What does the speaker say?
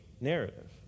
narrative